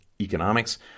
economics